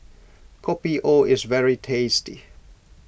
Kopi O is very tasty